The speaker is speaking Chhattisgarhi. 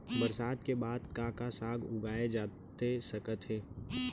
बरसात के बाद का का साग उगाए जाथे सकत हे?